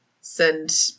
send